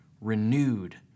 renewed